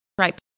Right